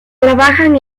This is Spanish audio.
trabajan